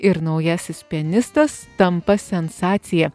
ir naujasis pianistas tampa sensacija